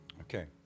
Okay